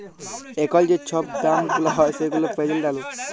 এখল যে ছব দাম গুলা হ্যয় সেগুলা পের্জেল্ট ভ্যালু